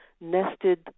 nested